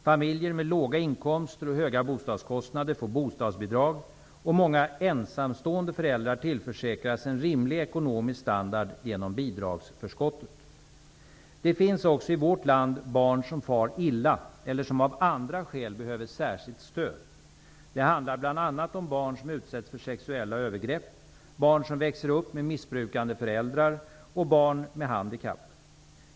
Familjer med låga inkomster och höga bostadskostnader får bostadsbidrag och många ensamstående föräldrar tillförsäkras en rimlig ekonomisk standard genom bidragsförskottet. Det finns också i vårt land barn som far illa eller som av andra skäl behöver särskilt stöd. Det handlar bl.a. om barn som utsätts för sexuella övergrepp, barn som växer upp med missbrukande föräldrar och barn med handikapp.